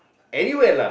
anywhere lah